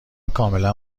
کاملا